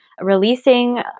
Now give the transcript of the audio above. releasing